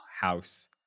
house